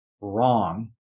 wrong